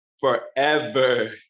forever